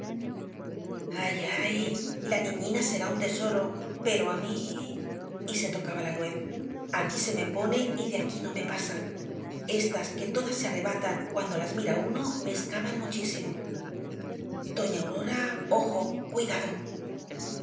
ay ay la niñina será un tesoro pero á mí y se tocaba la nuez aquí se me pone y de aquí no me pasa estas que todas se arrebatan cuando las mira uno me escaman muchísimo doña aurora ojo cuidado